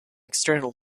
external